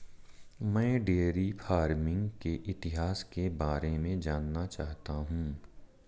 मैं dairy farming के इतिहास के बारे में जानना चाहता हूं